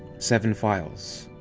seven files,